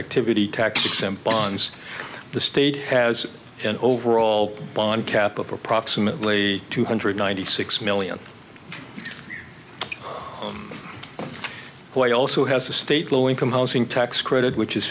activity tax exempt bonds the state has an overall bond cap of approximately two hundred ninety six million boy it also has a state low income housing tax credit which is